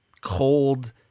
cold